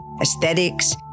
aesthetics